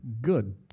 good